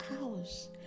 hours